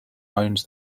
owns